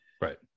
Right